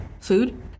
Food